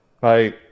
Bye